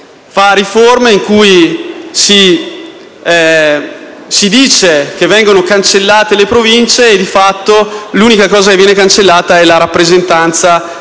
fa riforme in cui si dice che vengono cancellate le Province, ma di fatto l'unica cosa che viene cancellata è la rappresentanza democratica